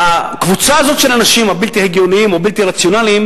הקבוצה הזאת של אנשים בלתי הגיוניים או בלתי רציונליים